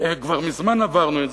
וכבר מזמן עברנו את זה.